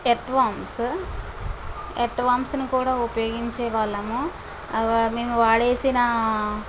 earthworms ఎర్త్వార్మ్స్ని కూడా ఉపయోగించే వాళ్ళము అగో మేము వాడేసినా